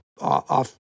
off